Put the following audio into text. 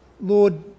Lord